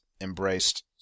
embraced